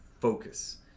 focus